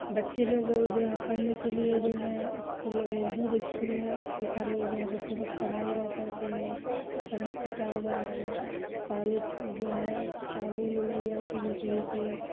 بچے لوگ جو ہے پڑھنے کے لیے جو ہے اسکول میں دور اسکول ہے اس کے کارن جو ہے بچے لوگ پڑھائی نہ کرتے ہیں سڑک ٹوٹا ہوا ہے پانی سے جو ہے پانی بھی نہیں آتی ہے صحیح سے